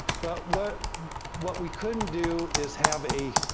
but what what we couldn't do is have a,